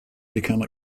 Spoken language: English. become